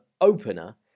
opener